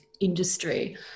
industry